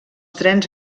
trens